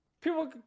People